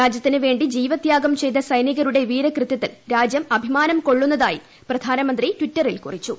രാജ്യത്തിന് വേണ്ടി ജീവത്യാഗം ചെയ്ത സൈനികരുടെ വീരകൃതൃത്തിൽ രാജ്യം അഭിമാനം കൊള്ളുന്നതായും പ്രധാനമന്ത്രി ടിറ്ററിൽ കുറിച്ചു